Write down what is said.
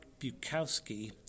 Bukowski